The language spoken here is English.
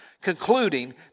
concluding